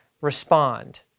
respond